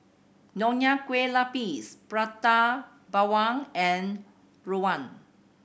Nonya Kueh Lapis Prata Bawang and rawon